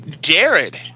Jared